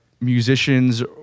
musicians